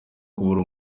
kubura